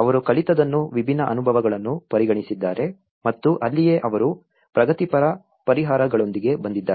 ಅವರು ಕಲಿತದ್ದನ್ನು ವಿಭಿನ್ನ ಅನುಭವಗಳನ್ನು ಪರಿಗಣಿಸಿದ್ದಾರೆ ಮತ್ತು ಅಲ್ಲಿಯೇ ಅವರು ಪ್ರಗತಿಪರ ಪರಿಹಾರಗಳೊಂದಿಗೆ ಬಂದಿದ್ದಾರೆ